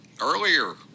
earlier